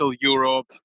Europe